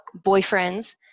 boyfriends